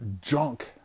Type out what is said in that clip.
junk